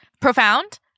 profound